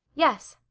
yes.